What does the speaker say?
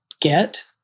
get